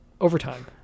Overtime